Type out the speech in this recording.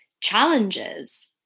challenges